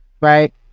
right